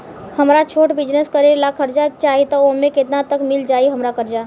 हमरा छोटा बिजनेस करे ला कर्जा चाहि त ओमे केतना तक मिल जायी हमरा कर्जा?